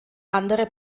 andere